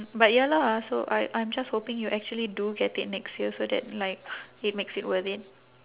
but ya lah so I I'm just hoping you actually do get it next year so that like it makes it worth it